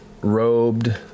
robed